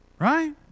Right